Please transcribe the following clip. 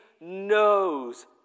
knows